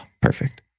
perfect